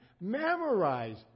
Memorize